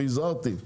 והזהרתי,